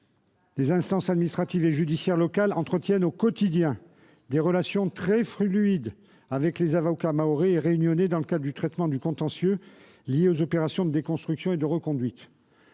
les instances administratives et judiciaires locales entretiennent au quotidien des relations très fluides avec les avocats mahorais et réunionnais dans le cadre du traitement du contentieux lié aux opérations de déconstruction et de reconduite.